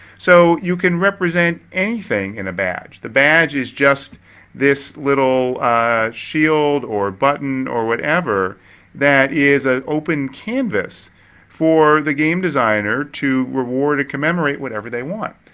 so, you can represent anything in a badge. the badge is just this little shield or button or whatever that is a open canvas for the game designer to reward and commemorate whatever they want.